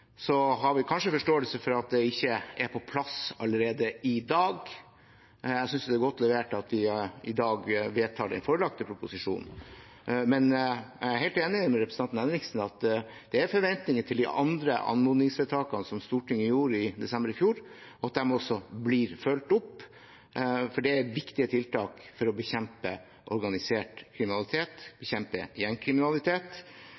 har kanskje forståelse for at det ikke er på plass allerede i dag. Jeg synes det er godt levert at man i dag vedtar den forelagte proposisjonen. Men jeg er helt enig med representanten Henriksen i at det er forventninger til at de andre anmodningsvedtakene som Stortinget gjorde i desember i fjor, også blir fulgt opp, for det er viktige tiltak for å bekjempe organisert kriminalitet,